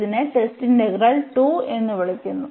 ഇതിനെ test integral II എന്ന് വിളിക്കുന്നു